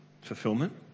fulfillment